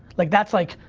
like, that's like,